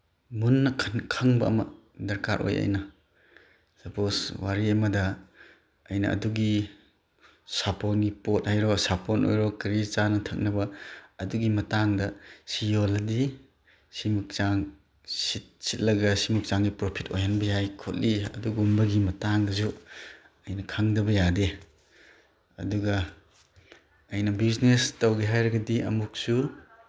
ꯃꯨꯟꯅ ꯈꯪꯕ ꯑꯃ ꯗꯔꯀꯥꯔ ꯑꯣꯏ ꯑꯩꯅ ꯁꯄꯣꯖ ꯋꯥꯔꯤ ꯑꯃꯗ ꯑꯩꯅ ꯑꯗꯨꯒꯤ ꯁꯥꯄꯣꯟꯒꯤ ꯄꯣꯠ ꯍꯥꯏꯔꯣ ꯁꯥꯄꯣꯟ ꯑꯣꯏꯔꯣ ꯀꯔꯤ ꯆꯥꯅ ꯊꯛꯅꯕ ꯑꯗꯨꯒꯤ ꯃꯇꯥꯡꯗ ꯁꯤ ꯌꯣꯜꯂꯗꯤ ꯁꯤꯃꯨꯛ ꯆꯥꯡ ꯁꯤꯠꯂꯒ ꯁꯤꯃꯨꯛ ꯆꯥꯡꯗꯤ ꯄ꯭ꯔꯣꯐꯤꯠ ꯑꯣꯏꯍꯟꯕ ꯌꯥꯏ ꯈꯣꯠꯂꯤ ꯑꯗꯨꯒꯨꯝꯕꯒꯤ ꯃꯇꯥꯡꯗꯁꯨ ꯑꯩꯅ ꯈꯪꯗꯕ ꯌꯥꯗꯦ ꯑꯗꯨꯒ ꯑꯩꯅ ꯕꯤꯖꯤꯅꯦꯁ ꯇꯧꯒꯦ ꯍꯥꯏꯔꯒꯗꯤ ꯑꯃꯨꯛꯁꯨ